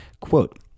Quote